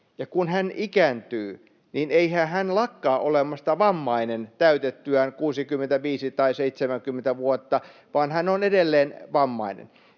kun hän ikääntyy, eihän hän lakkaa olemasta vammainen täytettyään 65 tai 70 vuotta, vaan hän on edelleen vammainen,